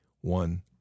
One